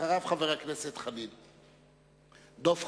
בבקשה, ואחריו, חבר הכנסת דב חנין.